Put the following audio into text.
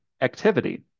activity